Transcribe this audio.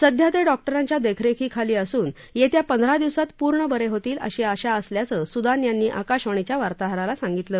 सध्या ते डॉक्टरांच्या देखरेखीखाली असून येत्या पंधरा दिवसात पूर्ण बरे होतील अशी आशा असल्याचं सुदान यांनी आकाशवाणीच्या वार्ताहराला सांगितलं